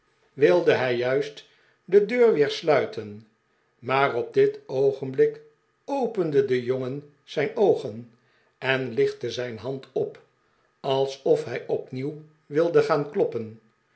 wilde hij juist de deur weer sluitenj maar op dit oogenblik opende de jongen zijn oogen en lichtte zijn hand op alsof hij opnieuw wilde gaan kloppen